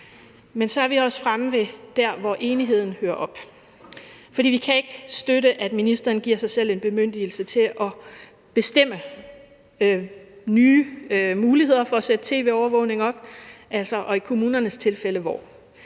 Men så er vi også fremme ved det, hvor enigheden hører op. For vi kan ikke støtte, at ministeren giver sig selv en bemyndigelse til at bestemme nye muligheder for at sætte tv-overvågning op – og i kommunernes tilfælde